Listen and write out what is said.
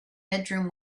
bedroom